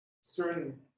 certain